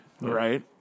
Right